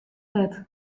net